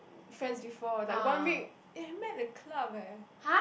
friends before like one week they met at club eh